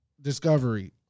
discovery